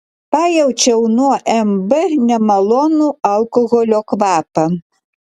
pajaučiau nuo mb nemalonų alkoholio kvapą